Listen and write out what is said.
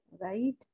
right